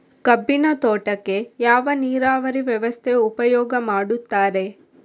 ಕಬ್ಬಿನ ತೋಟಕ್ಕೆ ಯಾವ ನೀರಾವರಿ ವ್ಯವಸ್ಥೆ ಉಪಯೋಗ ಮಾಡುತ್ತಾರೆ?